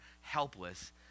helpless